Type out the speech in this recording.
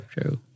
True